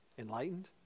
enlightened